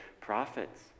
prophets